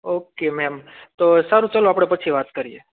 okay ma'am તો હવે સારું ચાલો આપડે પછી વાત કરીએ